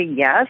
yes